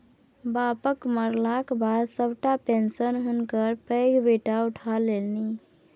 बापक मरलाक बाद सभटा पेशंन हुनकर पैघ बेटा उठा लेलनि